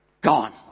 gone